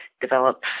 develop